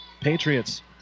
Patriots